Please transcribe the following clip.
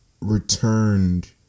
returned